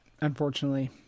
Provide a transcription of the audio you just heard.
unfortunately